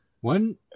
One